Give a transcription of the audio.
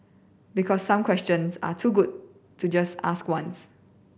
because some questions are too good to just ask once